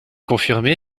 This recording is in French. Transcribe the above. confirmé